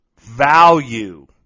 value